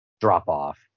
drop-off